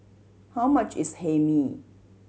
how much is Hae Mee